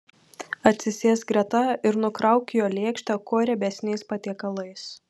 atsisėsk greta ir nukrauk jo lėkštę kuo riebesniais patiekalais